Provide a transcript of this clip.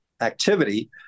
activity